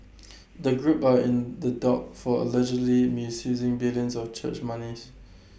the group are in the dock for allegedly misusing millions of church monies